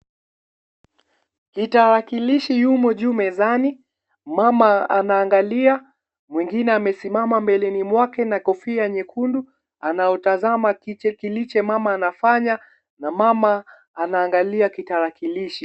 Kitawakilishi yumo juu mezani. Mama anaangalia. Mwengine amesimama mbeleni mwake na kofia nyekundu. Anautazama kitu kilicho mama anafanya na mama anaangalia tarakilishi.